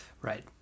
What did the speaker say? Right